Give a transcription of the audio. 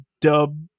dub